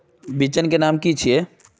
बिचन के नाम की छिये?